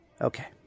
Okay